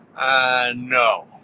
No